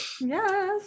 Yes